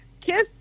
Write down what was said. Kiss